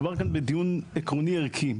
מדובר כאן בדיוק עקרוני ערכי.